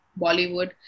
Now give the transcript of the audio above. Bollywood